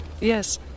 Yes